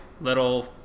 Little